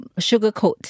sugarcoat